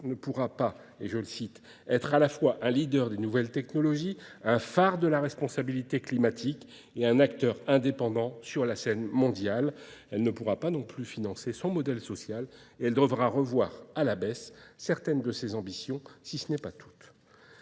ne pourra pas, et je le cite, être à la fois un leader des nouvelles technologies, un phare de la responsabilité climatique, et un acteur indépendant sur la scène mondiale. Elle ne pourra pas non plus financer son modèle social et elle devra revoir à la baisse certaines de ses ambitions, si ce n'est pas toutes.